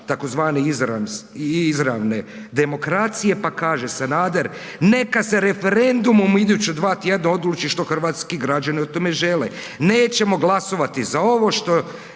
tzv. izravne demokracije, pa kaže Sanader „neka se referendumom u iduća 2 tjedna odluči što hrvatski građani o tome žele, nećemo glasovati za ovo što